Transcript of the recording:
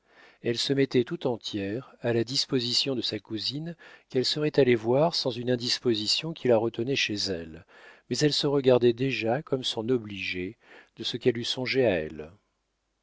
elle se mettait tout entière à la disposition de sa cousine qu'elle serait allée voir sans une indisposition qui la retenait chez elle mais elle se regardait déjà comme son obligée de ce qu'elle eût songé à elle